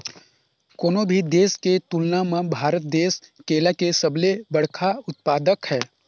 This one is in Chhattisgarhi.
कोनो भी देश के तुलना म भारत देश केला के सबले बड़खा उत्पादक हे